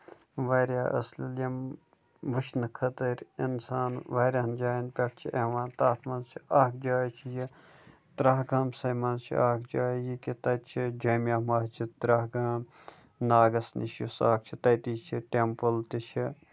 واریاہ اَصٕل یِم وُچھنہٕ خٲطرٕ اِنسان واریاہَن جاین پیٚٹھٕ چھِ یِوان تَتھ منٛز چھِ اکھ جاے چھِ یہِ ترٛاہ گامسٕے منٛز چھِ اکھ جاے یہِ کہِ تَتہِ چھِ جامیا مسجِد ترٛاہ گام ناگَس نِش یُس اکھ چھُ تَتہِ چھُ ٹیمپٔل تہِ چھُ